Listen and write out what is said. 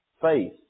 faith